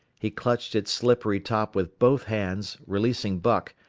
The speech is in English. he clutched its slippery top with both hands, releasing buck,